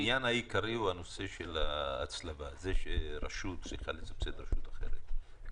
העניין העיקרי הוא נושא ההצלבה זה שרשות צריכה לסבסד רשות אחרת.